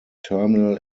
terminal